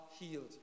healed